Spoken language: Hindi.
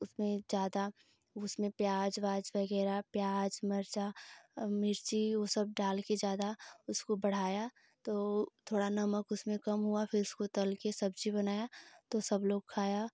उसमें ज़्यादा उसमें प्याज व्याज वगैरह प्याज मिर्च मिर्ची उ सब डाल कर ज़्यादा उसको बढ़ाया तो थोड़ा नमक उसमें कम हुआ फिर उसको तल कर सब्जी बनाया तो सब लोग खाया